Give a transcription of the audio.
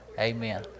Amen